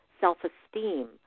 self-esteem